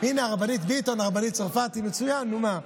הרבנית ביטון, הרבנית צרפתי, מצוין, נו, מה.